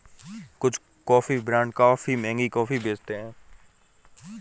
कुछ coffee brand काफी महंगी कॉफी बेचते हैं